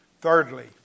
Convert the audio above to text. Thirdly